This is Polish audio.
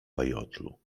peyotlu